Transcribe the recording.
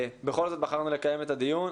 בכל זאת בחרנו לקיים את הדיון,